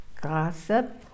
Gossip